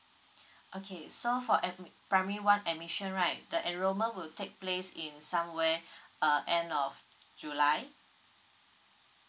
okay so for admi~ primary one admission right the enrolment will take place in somewhere uh end of july